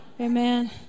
Amen